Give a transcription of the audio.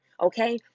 okay